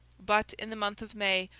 but, in the month of may,